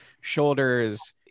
shoulders